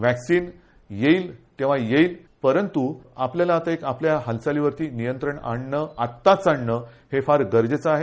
vaccine येईल तेंव्हा येईल परंतू आपल्याला आपल्या हालचाली वरती नियंत्रण आणणं आत्ताच आणणं हे फार गरजेचं आहे